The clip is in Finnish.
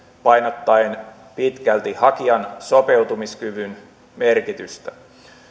painottaen pitkälti hakijan sopeutumiskyvyn merkitystä